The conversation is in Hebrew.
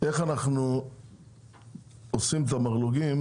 איך אנחנו עושים את המרלו"גים